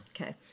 Okay